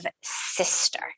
sister